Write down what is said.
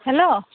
hello